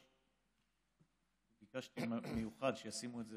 אדוני היושב-ראש, ביקשתי במיוחד שישימו את זה